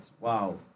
wow